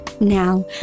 Now